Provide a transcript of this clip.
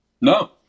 No